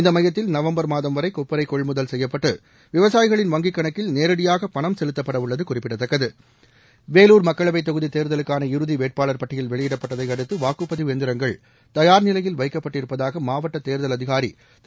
இந்த மையத்தில் நவம்பர் மாதம் வரை கொப்பரை கொள்முதல் செய்யப்பட்டு விவசாயிகளின் வங்கிக் கணக்கில் நேரடியாக பணம் செலுத்தப்படவுள்ளது குறிப்பிடத்தக்கது வேலூர் மக்களவைத் தொகுதி தேர்தலுக்கான இறுதி வேட்பாளர் பட்டியல் வெளியிடப்பட்டதை அடுத்து வாக்குப்பதிவு எந்திரங்கள் தயார்நிலையில் வைக்கப்பட்டிருப்பதாக மாவட்ட தேர்தல் அதிகாரி திரு